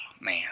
man